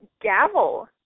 gavel